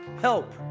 help